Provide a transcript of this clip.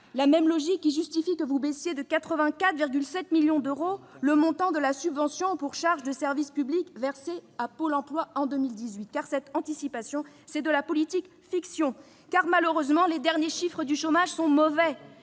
la même logique qui justifie que vous baissiez de 84,7 millions d'euros le montant de la subvention pour charges de service public versée à Pôle emploi en 2019. Cette anticipation, c'est de la politique fiction ! Car, malheureusement, les derniers chiffres du chômage sont mauvais,